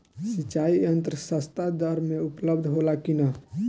सिंचाई यंत्र सस्ता दर में उपलब्ध होला कि न?